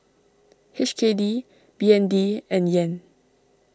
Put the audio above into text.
H K D B N D and Yen